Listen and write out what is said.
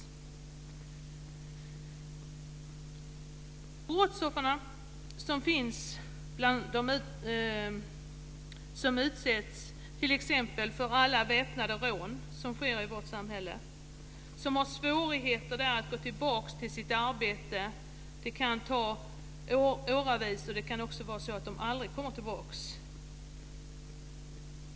Vi har brottsoffer som utsätts för beväpnade rån som sker i vårt samhälle och som har svårigheter att gå tillbaka till sitt arbete - det kan ta åratal, de kanske aldrig kommer tillbaka.